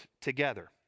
together